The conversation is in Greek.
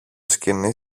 σκοινί